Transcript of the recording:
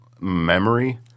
memory